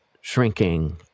shrinking